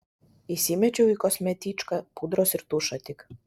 įsimečiau į kosmetičką pudros ir tušą tik